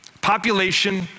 population